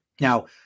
now